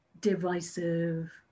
divisive